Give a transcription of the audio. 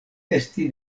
esti